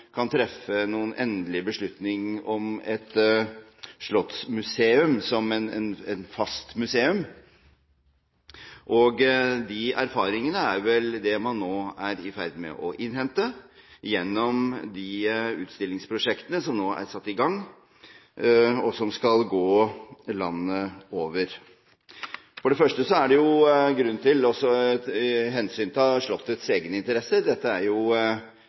kan treffe noen endelig beslutning om et slottsmuseum som et fast museum. De erfaringene er vel det man nå er i ferd med å innhente gjennom de utstillingsprosjektene som nå er satt i gang, og som skal gå landet over. For det første er det grunn til å ta hensyn til Slottets egne interesser. Dette er